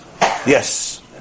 Yes